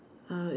uh